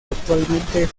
actualmente